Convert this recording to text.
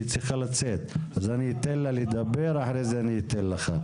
היא צריכה לצאת אז אני אתן לה לדבר ואחרי זה אני אתן לך.